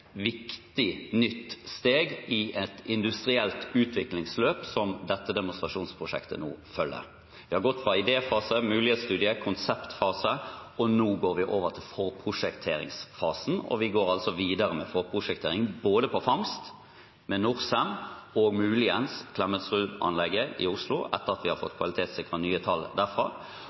viktig, nytt steg i et industrielt utviklingsløp som dette demonstrasjonsprosjektet nå følger. Det har gått fra idéfase, mulighetsstudier og konseptfase til vi nå går over til forprosjekteringsfasen. Vi går altså videre med forprosjektering på fangst, med Norcem – og muligens Klemetsrud-anlegget i Oslo, etter at vi har fått kvalitetssikret nye tall derfra